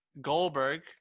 Goldberg